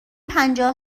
پنجاه